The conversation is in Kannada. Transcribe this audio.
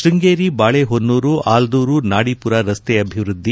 ಶೃಂಗೇರಿ ಬಾಳೆಹೊನ್ನೂರು ಆಲ್ದೂರು ನಾಡಿಪುರ ರಸ್ತೆ ಅಭಿವೃದ್ಧಿ